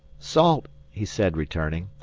salt, he said, returning.